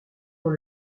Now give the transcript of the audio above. dans